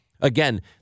again